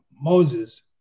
Moses